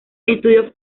estudió